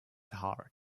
heart